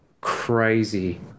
crazy